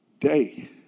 day